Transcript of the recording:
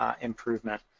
improvement